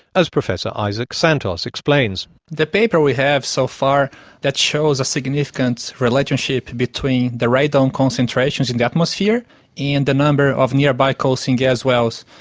as professor isaac santos explains. the paper we have so far that shows a significant relationship between the radon concentrations in the atmosphere and the number of nearby coal seam gas wells,